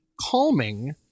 calming-